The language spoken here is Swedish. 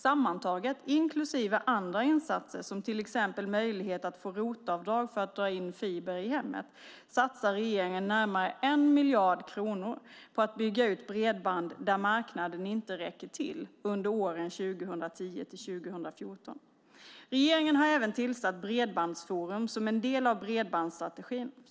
Sammantaget, inklusive andra insatser som möjlighet att få ROT-avdrag för att dra in fiber i hemmet, satsar regeringen närmare 1 miljard kronor på att under åren 2010-2014 bygga ut bredband där marknaden inte räcker till. Regeringen har även tillsatt Bredbandsforum som en del av bredbandsstrategin.